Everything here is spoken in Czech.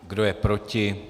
Kdo je proti?